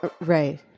Right